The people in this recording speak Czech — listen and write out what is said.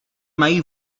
mají